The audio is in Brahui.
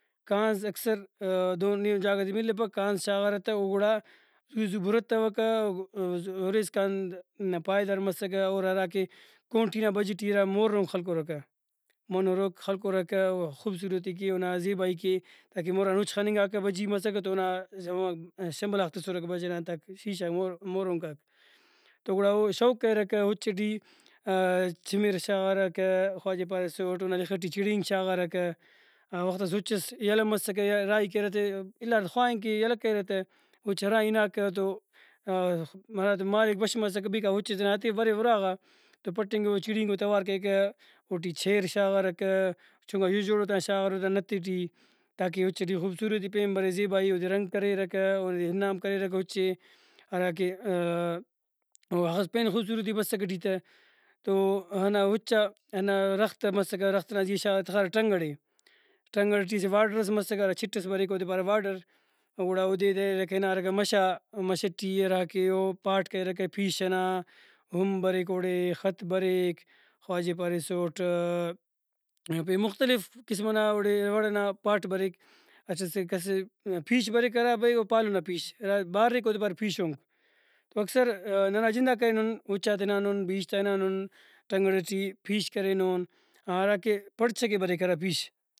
کانزاکثر دہن ایہن جاگہ تے ملپک کانز شاغارہ تہ گڑا زو زو بُرتوکہ او زو ہُرے اسکان پائیدار مسکہ اور ہراکہ کونٹی نا بج ٹی اِرا مون ہروک خلکرکہ مون ہروک خلکرکہ ؤ خوبصورتی کہ اونا زیبائی کہ اگہ مُر آن اُچ خننگاکہ بجی مسکہ تو اونا ہمو شمبلاخ تہ سُرک بج ئنا تہ شیشہ مورونکاک تو گڑا او شوق کریرکہ اُچ ٹی چمر ئس شاغارکہ خواجہ ئے پاریسٹ اونا لخ ٹی چڑینگ شاغارکہ او وختس اُچ ئس یلہ مسکہ یا راہی کریرہ تہ اِلارہ تہ خواہنگ کہ یلہ کریرہ تہ اُچ ہرانگ ہناکہ تو ہراتم مالک بش مسکہ بھئی کاو اُچے تینا اتیو بریو اُراغا تا پٹینگ ؤ چڑینگو توار کریکہ اوٹی چھیر شاغارکہ چُنکا ہیژرو تان شاغارہ اوتا نت تے ٹی تاکہ اُچ ٹی خوبصورتی پین برے زیبائی اودے رنگ کریرکہ اودے اِنام کریرکہ اُچ ئے ہراکہ او اخس پین خوبصورتی بسکہ ایٹی تہ تو ہندا اُچا ہنا رخت تہ مسکہ رخت ئنا زیہا شاغارہ تخارہ ٹرنگڑ ئے ٹرنگڑ ٹی اسہ واڈر ئس مسکہ ہرا چِٹ ئس بریک اودے ارہ واڈر گڑا اودے دریرکہ اِنارکہ مَشا مش ٹی ہراکہ او پاٹ کریرکہ پیش ئنا ہم بریک اوڑے خط بریک خواجہ ئے پاریسٹ پین مختلف قسم ئنا اوڑے وڑئنا پاٹ بریک اچھاکسے پیش بریک ہرابھئی او پالُنا پیش ہرا بارِک اودے پارہ پیشُنگ۔ تو اکثر ننا جنداک کرینن اُچاتا ہنانُن بیش تاہنانُن ٹرنگڑ ٹی پیش کرینُن ہراکہ پڑچ کہ بریک ہرا پیش